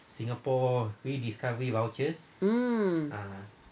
mm